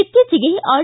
ಇತ್ತೀಚೆಗೆ ಆರ್